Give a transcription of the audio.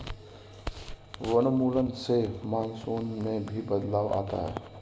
वनोन्मूलन से मानसून में भी बदलाव आता है